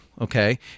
okay